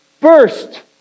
first